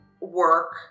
work